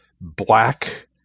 black